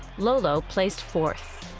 lolo placed fourth.